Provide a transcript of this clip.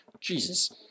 Jesus